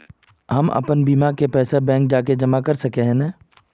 हम अपन बीमा के पैसा बैंक जाके जमा कर सके है नय?